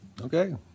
Okay